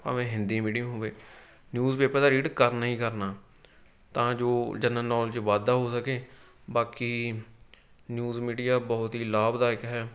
ਭਾਵੇਂ ਹਿੰਦੀ ਮੀਡੀਅਮ ਹੋਵੇ ਨਿਊਜ਼ਪੇਪਰ ਤਾਂ ਰੀਡ ਕਰਨਾ ਹੀ ਕਰਨਾ ਤਾਂ ਜੋ ਜਨਰਲ ਨੌਲੇਜ ਵਾਧਾ ਹੋ ਸਕੇ ਬਾਕੀ ਨਿਊਜ਼ ਮੀਡੀਆ ਬਹੁਤ ਹੀ ਲਾਭਦਾਇਕ ਹੈ